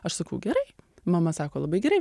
aš sakau gerai mama sako labai gerai